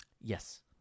Yes